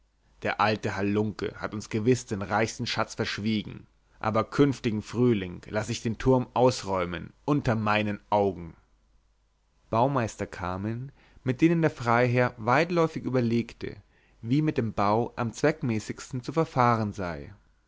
der alte halunke hat uns gewiß den reichsten schatz verschwiegen aber künftigen frühling laß ich den turm ausräumen unter meinen augen baumeister kamen mit denen der freiherr weitläufig überlegte wie mit dem bau am zweckmäßigsten zu verfahren sei